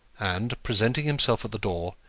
and presenting himself at the door,